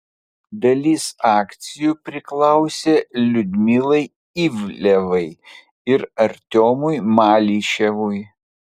dalis akcijų priklausė liudmilai ivlevai ir artiomui malyševui